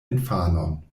infanon